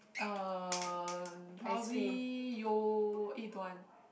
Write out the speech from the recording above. uh probably yo eh don't want